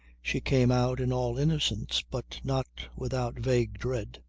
she came out in all innocence but not without vague dread.